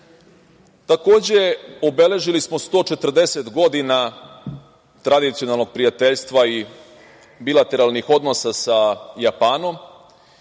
obeležili smo 140 godina tradicionalnog prijateljstva i bilateralnih odnosa sa Japanom